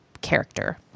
character